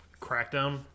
Crackdown